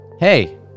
Hey